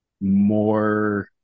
more